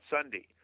Sunday